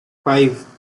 five